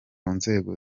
nzego